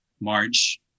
march